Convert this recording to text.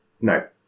No